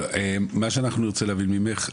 מה שאנחנו נרצה להבין ממך,